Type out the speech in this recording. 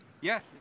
Yes